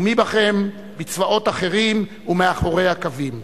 ומי בכם בצבאות אחרים ומאחורי הקווים.